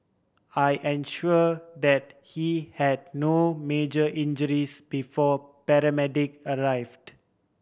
I ensure that he had no major injuries before paramedic arrived